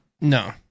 No